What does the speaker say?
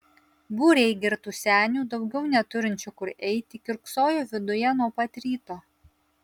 būriai girtų senių daugiau neturinčių kur eiti kiurksojo viduje nuo pat ryto